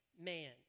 man